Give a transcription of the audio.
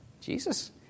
Jesus